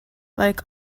like